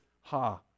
ha